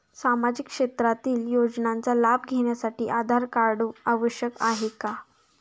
सामाजिक क्षेत्रातील योजनांचा लाभ घेण्यासाठी आधार कार्ड आवश्यक आहे का?